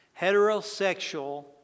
Heterosexual